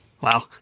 Wow